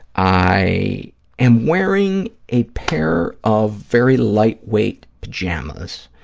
i am wearing a pair of very lightweight pajamas,